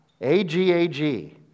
A-G-A-G